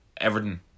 Everton